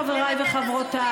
ולכן חבריי וחברותיי,